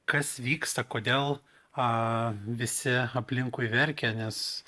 kas vyksta kodėl a visi aplinkui verkia nes